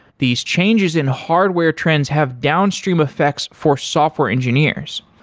these changes in hardware trends have downstream effects for software engineers.